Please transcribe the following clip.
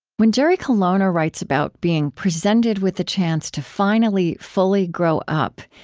when jerry colonna writes about being presented with the chance to finally, fully grow up,